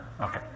Okay